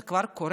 זה כבר קורה.